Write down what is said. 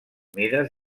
mides